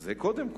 זה קודם כול.